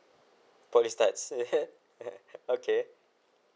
poly starts okay